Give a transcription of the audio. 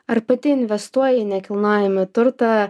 ar pati investuoji į nekilnojamąjį turtą